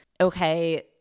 okay